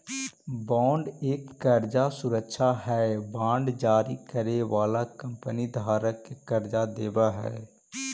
bond एक कर्जा सुरक्षा हई बांड जारी करे वाला कंपनी धारक के कर्जा देवऽ हई